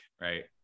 right